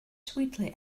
sweetly